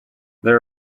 there